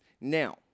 Now